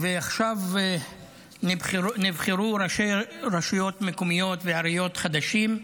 ועכשיו נבחרו ראשי רשויות מקומיות ועיריות חדשים.